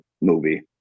movie